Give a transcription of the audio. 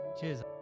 Cheers